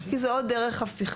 כי זה עוד דרך אכיפה,